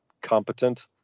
competent